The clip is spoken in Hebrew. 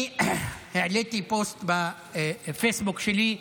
אני העליתי פוסט בפייסבוק שלי,